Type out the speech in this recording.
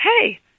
hey